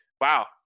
wow